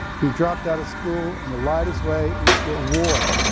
he dropped out of school and lied his way into a war.